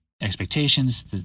expectations